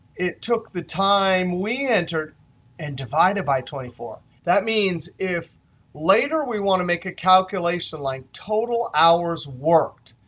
it took the time we entered and divided it by twenty four. that means if later we want to make a calculation, like total hours worked,